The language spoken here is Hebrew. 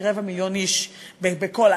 כרבע מיליון איש בסך הכול,